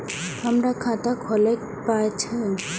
हमर खाता खौलैक पाय छै